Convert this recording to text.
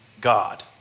God